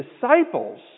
disciples